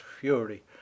fury